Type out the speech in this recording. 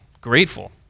grateful